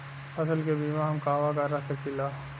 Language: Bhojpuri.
फसल के बिमा हम कहवा करा सकीला?